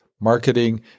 marketing